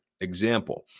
Example